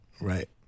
right